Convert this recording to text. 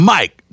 Mike